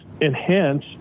enhance